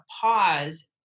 pause